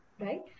right